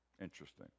interesting